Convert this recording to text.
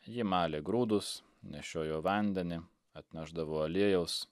ji malė grūdus nešiojo vandenį atnešdavo aliejaus